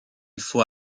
faut